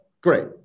great